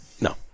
No